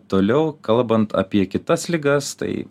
toliau kalbant apie kitas ligas tai